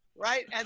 right? and